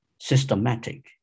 systematic